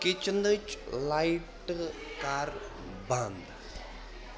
کِچنٕچ لایٹہٕ کَر بنٛد